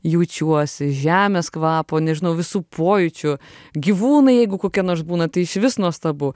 jaučiuosi žemės kvapo nežinau visų pojūčių gyvūnai jeigu kokie nors būna tai išvis nuostabu